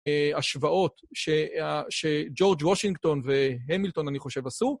השוואות שג'ורג' וושינגטון והמילטון, אני חושב, עשו,